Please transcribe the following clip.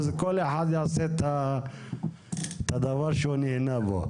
אז כל אחד יעשה את הדבר שהוא נהנה בו.